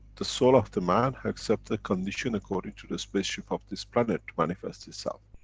the soul of the man accepts the condition according to the spaceship of this planet, to manifest itself.